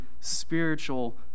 spiritual